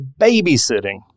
babysitting